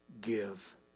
give